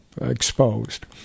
exposed